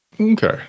Okay